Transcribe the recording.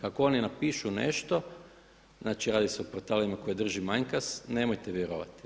Ako oni napišu nešto znači se o portalima koje drži Manjkas nemojte vjerovati.